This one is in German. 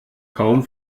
kaum